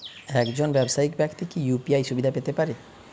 একজন ব্যাবসায়িক ব্যাক্তি কি ইউ.পি.আই সুবিধা পেতে পারে?